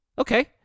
Okay